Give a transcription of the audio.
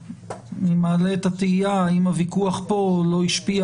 אני מעלה את התהייה אם הוויכוח לא השפיע